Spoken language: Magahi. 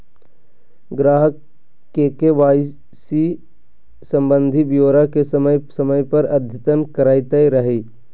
ग्राहक के के.वाई.सी संबंधी ब्योरा के समय समय पर अद्यतन करैयत रहइ